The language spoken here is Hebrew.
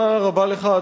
תודה רבה לך,